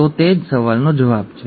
તો તે જ સવાલનો જવાબ છે